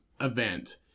event